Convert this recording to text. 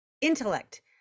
intellect